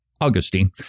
Augustine